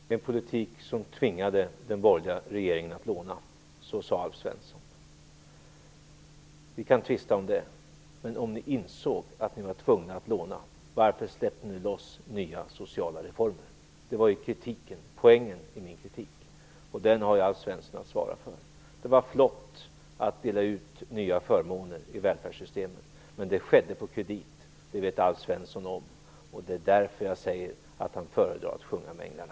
Fru talman! En politik som tvingade den borgerliga regeringen att låna - så sade Alf Svensson. Vi kan tvista om det, men om ni insåg att ni var tvungna att låna, varför släppte ni då loss nya sociala reformer? Det var ju poängen i min kritik, och den har Alf Svensson att svara på. Det var flott att dela ut nya förmåner i välfärdssystemet, men det skedde på kredit. Det vet Alf Svensson om, och det är därför jag säger att han föredrar att sjunga med änglarna.